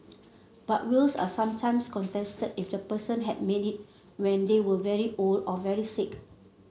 but wills are sometimes contested if the person had made it when they were very old or very sick